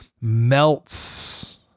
melts